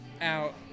out